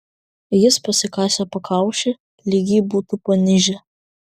jis pasikasė pakaušį lyg jį būtų panižę